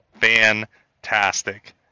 fantastic